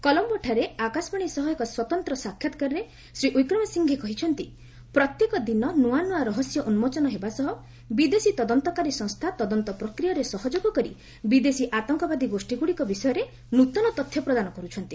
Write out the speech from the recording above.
କଲମ୍ବୋଠାରେ ଆକାଶବାଣୀ ସହ ଏକ ସ୍ୱତନ୍ତ୍ର ସାକ୍ଷାତ୍କାରରେ ଶ୍ରୀ ୱିକ୍ରେମ୍ ସିଂଘେ କହିଛନ୍ତି ପ୍ରତ୍ୟେକ ଦିନ ନୂଆ ନୂଆ ରହସ୍ୟ ଉନ୍କୋଚନ ହେବା ସହ ବିଦେଶୀ ତଦନ୍ତକାରୀ ସଂସ୍ଥା ତଦନ୍ତ ପ୍ରକ୍ରିୟାରେ ସହଯୋଗ କରି ବିଦେଶୀ ଆତଙ୍କବାଦୀ ଗୋଷ୍ଠୀଗୁଡ଼ିକ ବିଷୟରେ ନୃତନ ତଥ୍ୟ ପ୍ରଦାନ କରୁଛନ୍ତି